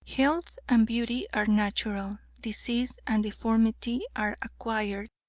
health and beauty are natural disease and deformity are acquired,